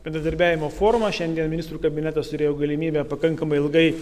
bendradarbiavimo formą šiandien ministrų kabinetas turėjo galimybę pakankamai ilgai